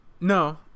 No